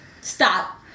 stop